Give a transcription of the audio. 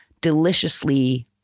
deliciously